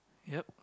yup